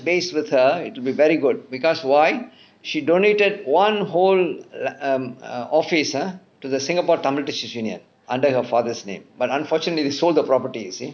base with her it would be very good because why she donated one whole like um err office ah to the singapore tamil union under her father's name but unfortunately they sold the property you see